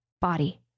body